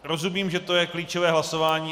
Rozumím, že je to klíčové hlasování.